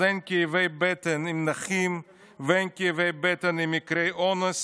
אז אין כאבי בטן עם נכים ואין כאבי בטן עם מקרי אונס